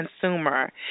consumer